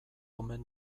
omen